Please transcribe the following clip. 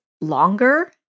longer